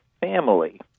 family